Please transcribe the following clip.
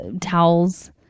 towels